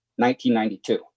1992